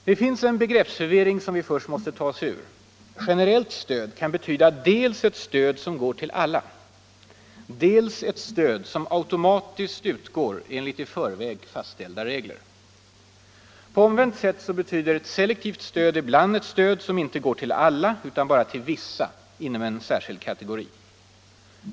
Det finns en begreppsförvirring som vi först måste ta oss ur: generellt stöd kan betyda dels ett stöd som går till alla, dels ett stöd som automatiskt utgår enligt i förväg fastställda regler. På omvänt sätt betyder selektivt stöd ibland ett stöd som inte går till alla utan bara till vissa inom en särskild kategori.